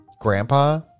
Grandpa